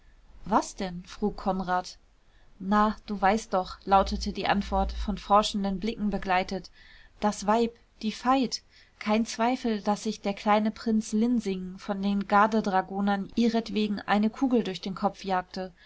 was denn frug konrad na du weißt doch lautete die antwort von forschenden blicken begleitet das weib die veit kein zweifel daß sich der kleine prinz linsingen von den gardedragonern ihretwegen eine kugel durch den kopf jagte